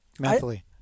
mentally